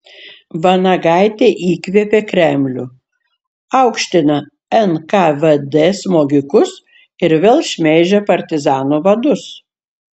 vanagaitė įkvėpė kremlių aukština nkvd smogikus ir vėl šmeižia partizanų vadus